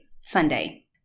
Sunday